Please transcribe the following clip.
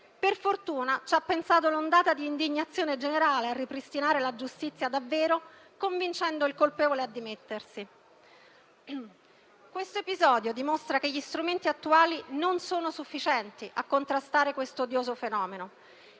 Per fortuna, ci ha pensato l'ondata di indignazione generale a ripristinare davvero la giustizia, convincendo il colpevole a dimettersi. L'episodio dimostra che gli strumenti attuali non sono sufficienti a contrastare quest'odioso fenomeno.